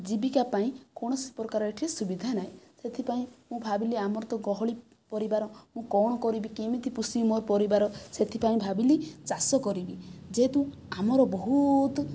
ଜୀବିକା ପାଇଁ କୌଣସି ପ୍ରକାର ଏଠି ସୁବିଧା ନାହିଁ ସେଥିପାଇଁ ମୁଁ ଭାବିଲି ଆମର ତ ଗହଳି ପରିବାର ମୁଁ କ'ଣ କରିବି କେମିତି ପୋଷିବି ମୋ ପରିବାର ସେଥିପାଇଁ ଭାବିଲି ଚାଷ କରିବି ଯେହେତୁ ଆମର ବହୁତ